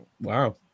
wow